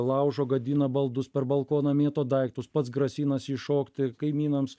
laužo gadina baldus per balkoną mėto daiktus pats grasinasi iššokti kaimynams